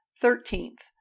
Thirteenth